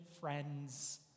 friends